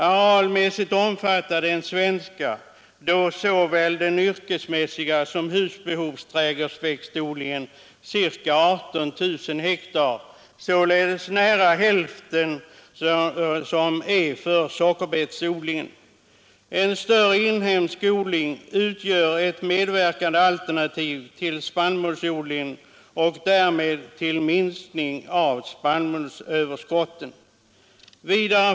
Arealmässigt omfattar den svenska trädgårdsväxtodlingen, såväl den yrkesmässiga som den som bedrivs till husbehov, ca 18 000 har. Den är således nära hälften så stor som den areal:som används för sockerbetsodling. En större inhemsk trädgårdsväxtodling utgör ett alternativ till spannmålsodlingen och leder därmed till en minskning av spannmålsöverskotten.